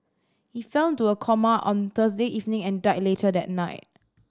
he fell into a coma on Thursday evening and died later that night